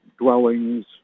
dwellings